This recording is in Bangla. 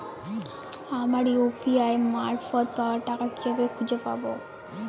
আমার ইউ.পি.আই মারফত পাওয়া টাকা কিভাবে খুঁজে পাব?